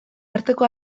arteko